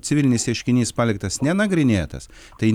civilinis ieškinys paliktas nenagrinėtas tai